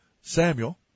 Samuel